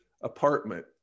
apartment